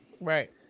Right